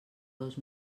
dos